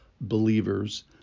believers